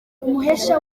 umuhesha